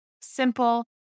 simple